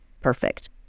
perfect